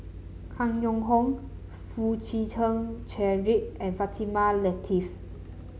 Yong Hong Foo Chee Keng Cedric and Fatimah Lateef